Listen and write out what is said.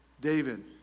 David